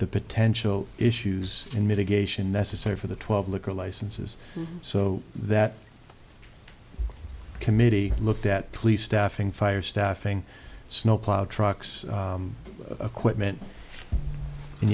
the potential issues in mitigation necessary for the twelve liquor licenses so that committee looked at police staffing fire staffing snow plow trucks equipment and